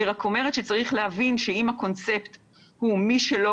אני רק אומרת שצריך להבין שאם הקונספט הוא שמי שלא